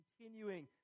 continuing